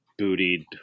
bootied